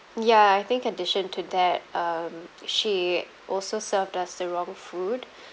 ya I think addition to that um she also served us the wrong food